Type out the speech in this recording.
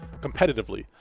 competitively